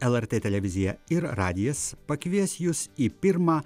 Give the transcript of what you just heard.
lrt televizija ir radijas pakvies jus į pirmą